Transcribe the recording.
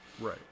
Right